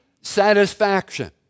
satisfaction